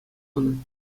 хунӑ